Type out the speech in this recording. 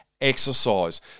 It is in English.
exercise